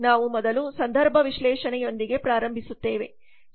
ನಾವು ಮೊದಲು ಸಂದರ್ಭ ವಿಶ್ಲೇಷಣೆಯೊಂದಿಗೆ ಪ್ರಾರಂಭಿಸುತ್ತೇವೆ